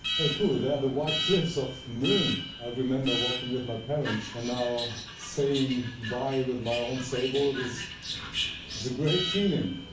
hey cool, there are the white cliffs of mon. i remember walking with my parents, and now sailing by with my own sailboat, is is a great feeling.